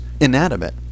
inanimate